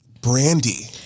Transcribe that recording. Brandy